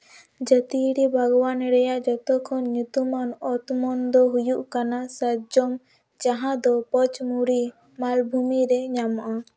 ᱡᱟᱹᱛᱤᱭᱟᱹᱨᱤ ᱵᱟᱜᱽᱣᱟᱱ ᱨᱮᱭᱟᱜ ᱡᱚᱛᱚᱠᱷᱚᱱ ᱧᱩᱛᱩᱢᱟᱱ ᱚᱛᱢᱚᱱ ᱫᱚ ᱦᱩᱭᱩᱜ ᱠᱟᱱᱟ ᱥᱟᱨᱡᱚᱢ ᱡᱟᱦᱟᱸ ᱫᱚ ᱯᱚᱪᱢᱩᱲᱤ ᱢᱟᱞᱵᱷᱩᱢᱤ ᱨᱮ ᱧᱟᱢᱚᱜᱼᱟ